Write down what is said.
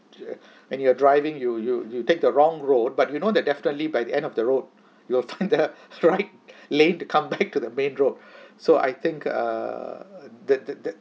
when you're driving you you you take the wrong road but we know that definitely by the end of the road you'll find the right lane to come back to the main so I think err that that that